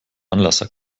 anlasser